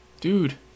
Dude